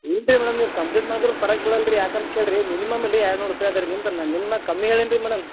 ಇಲ್ಲ ರಿ ಮೇಡಮ್ ನೀವು ಕಂಪ್ಲೇಂಟ್ ಮಾಡಿದ್ರು ಫರಕ್ ಬೀಳಲ್ಲ ರೀ ಯಾಕಂತ ಕೇಳಿರಿ ಮಿನಿಮಮ್ ಇಲ್ಲಿ ಎರಡು ನೂರು ರೂಪಾಯಿ ಅದ ರೀ ನಿಮ್ದು ನಿಮ್ಮ ನಾ ಕಮ್ಮಿ ಹೇಳೀನಿ ರೀ ಮೇಡಮ್